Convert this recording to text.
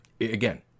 again